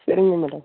சரிங்க மேடம்